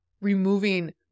removing